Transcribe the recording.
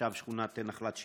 תושב שכונת נחלת שמעון.